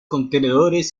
contenedores